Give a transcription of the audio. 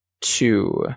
two